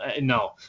no